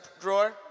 drawer